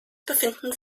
befinden